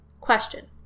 Question